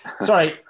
sorry